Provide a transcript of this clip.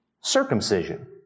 circumcision